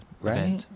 Right